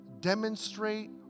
demonstrate